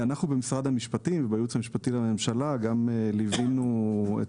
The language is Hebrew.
אנחנו במשרד המשפטים ובייעוץ המשפטי לממשלה גם ליווינו את